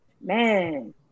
man